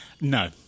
No